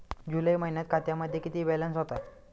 जुलै महिन्यात खात्यामध्ये किती बॅलन्स होता?